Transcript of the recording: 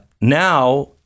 now